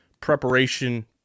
preparation